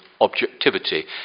objectivity